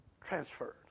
Transferred